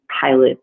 pilot